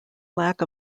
lack